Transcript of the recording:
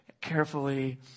carefully